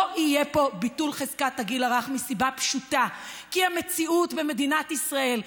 לא יהיה פה ביטול חזקת הגיל הרך מסיבה פשוטה: כי המציאות במדינת ישראל,